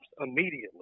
immediately